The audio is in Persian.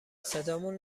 صدامون